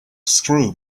screw